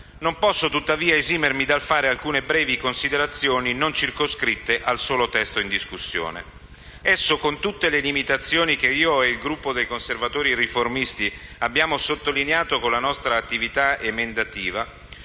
non posso tuttavia esimermi dal fare alcune brevi considerazioni non circoscritte al solo testo in discussione. Esso, con tutte le limitazioni che io e il Gruppo dei Conservatori e Riformisti abbiamo sottolineato con la nostra attività emendativa,